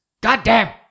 Goddamn